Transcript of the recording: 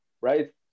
right